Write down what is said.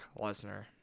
Lesnar